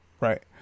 Right